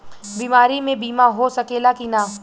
बीमारी मे बीमा हो सकेला कि ना?